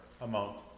amount